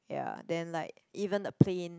ya then like even the plain